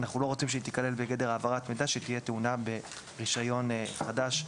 אנחנו לא רוצים שהיא תיכלל בגדר העברת מידע שתהיה טעונה ברישיון חדש,